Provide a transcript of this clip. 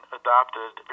adopted